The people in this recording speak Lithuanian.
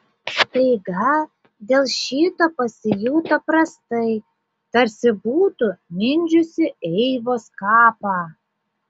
staiga dėl šito pasijuto prastai tarsi būtų mindžiusi eivos kapą